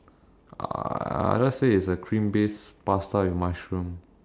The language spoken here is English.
uh I'll just say it's a cream based pasta with mushroom